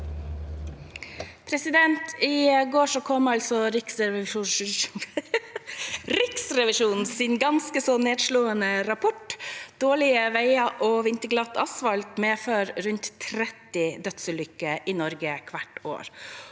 I går kom Riksrevi- sjonens ganske nedslående rapport. Dårlige veier og vinterglatt asfalt fører til rundt 30 dødsulykker i Norge hvert år.